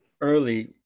early